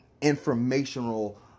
informational